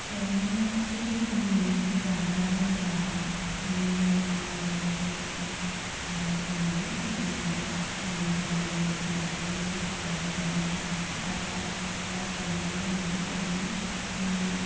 बेयावनो माखासे रोखोमनि जाग्रा लोंग्रा ओम मोजां मोजां जाग्रा लोंग्रा आदारफोर मोनो मोजां मोजां हो जानाय जानायनि ओह जानाय जाग्रा बा जामुंफोर मोनो बेवहायनो उम